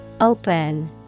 Open